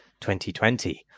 2020